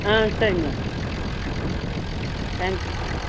ஆ சரிங்க ம் thank you thank you